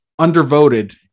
undervoted